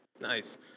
Nice